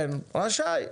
רשאי.